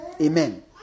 Amen